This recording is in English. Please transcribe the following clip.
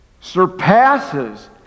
surpasses